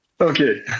Okay